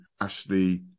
Ashley